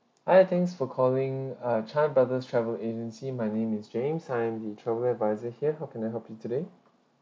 hi thanks for calling uh chan brothers travel agency my name is james I am the travel advisor here how can I help you today